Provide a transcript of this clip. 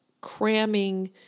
cramming